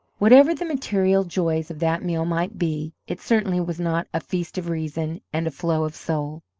whatever the material joys of that meal might be, it certainly was not a feast of reason and a flow of soul.